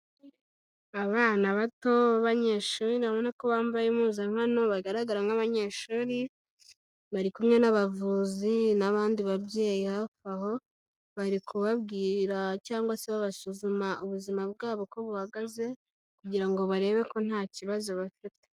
Abana bato babanyeshuri babona ko bambaye impuzankano, bagaragara nk'abanyeshuri bari kumwe n'abavuzi n'abandi babyeyi, hafi aho bari kubabwira cyangwa se basuzuma ubuzima bwabo uko buhagaze kugira ngo barebe ko nta kibazo bafite.